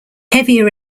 heavier